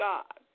God